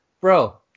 Bro